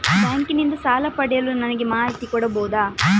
Bank ನಿಂದ ಸಾಲ ಪಡೆಯಲು ನನಗೆ ಮಾಹಿತಿ ಕೊಡಬಹುದ?